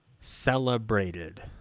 celebrated